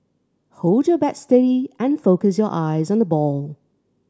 hold your bat steady and focus your eyes on the ball